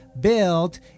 built